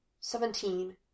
Seventeen